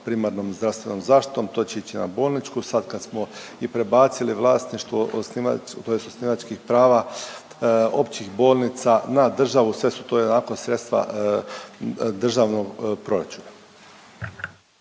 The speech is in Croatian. primarnom zdravstvenom zaštitom, to će ići na bolničku sad kad smo i prebacili vlasništvo tj. osnivačkih prava općih bolnica na državu sve su to ionako sredstva državnog proračuna.